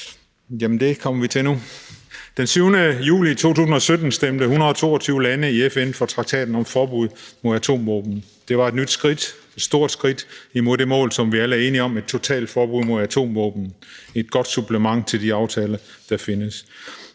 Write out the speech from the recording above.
tusind tak for det. Den 7. juli 2017 stemte 122 lande i FN for traktaten om et forbud mod atomvåben. Det var et nyt skridt, et stort skridt, imod det mål, som vi alle er enige om – et totalforbud mod atomvåben – og et godt supplement til de aftaler, der findes.